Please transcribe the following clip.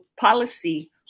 policy